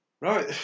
Right